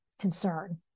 concern